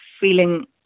feeling